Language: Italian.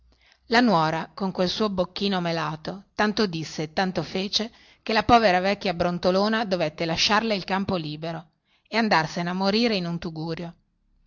la nuora con quel suo bocchino melato tanto disse e tanto fece che la povera vecchia brontolona dovette lasciarle il campo libero e andarsene a morire in un tugurio